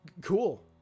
cool